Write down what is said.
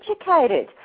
educated